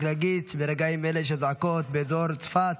רק להגיד, ברגעים אלה יש זעקות באזור צפת.